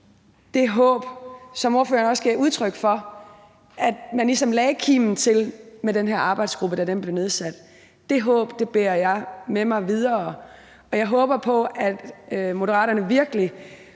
det håb, som ordføreren også gav udtryk for, at man med den her arbejdsgruppe, da den blev nedsat, ligesom lagde kimen til det. Det håb bærer jeg med mig videre, og jeg håber på, at Moderaterne virkelig